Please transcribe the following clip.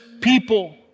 people